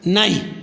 नहि